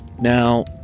Now